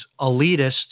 elitists